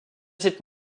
cette